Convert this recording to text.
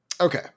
Okay